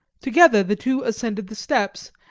together the two ascended the steps,